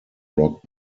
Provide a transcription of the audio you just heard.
rock